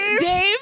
Dave